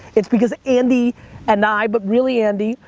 it's because andy and i, but really andy,